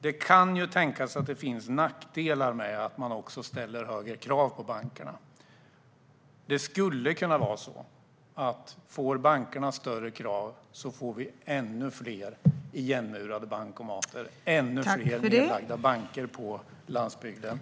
Det kan ju också finnas nackdelar med att man ställer högre krav på bankerna. Det skulle kunna leda till ännu fler igenmurade bankomater och ännu fler nedlagda bankkontor på landsbygden. Vad tycker Peter Persson? Vad ser han för risker med detta?